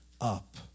up